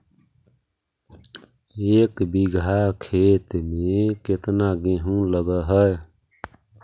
एक बिघा खेत में केतना गेहूं लग है?